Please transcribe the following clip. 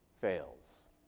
fails